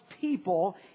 people